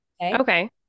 Okay